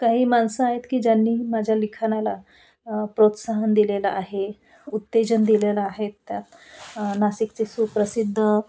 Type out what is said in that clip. काही माणसं आहेत की ज्यांनी माझ्या लिखाणाला प्रोत्साहन दिलेलं आहे उत्तेजन दिलेलं आहेत त्यात नाशिकचे सुप्रसिद्ध